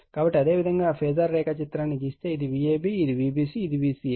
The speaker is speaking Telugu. కాబట్టి అదేవిధంగా ఫేజార్ రేఖాచిత్రాన్ని గీస్తే ఇదిVab ఇది Vbc ఇది Vca